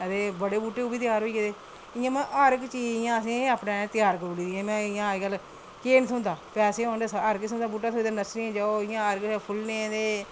ते बड़े बूह्टे ओह्बी तेआर होई गेदे ते इंटया हर इक्क चीज़ मतलब असें तेआर करी ओड़दी ते इंया अज्जकल केह् निं थ्होंदा पैसे होन ते हर इक्क किस्म दा बूह्टा थ्होई जंदा नर्सरियें जाओ इंया हर फुल्लें दे